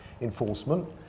enforcement